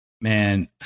man